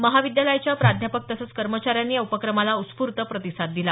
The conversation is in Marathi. महाविद्यालयातल्या प्राध्यापक तसंच कर्मचाऱ्यांनी या उपक्रमाला उत्स्फुते प्रतिसाद दिला